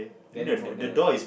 then for the